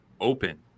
open